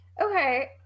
Okay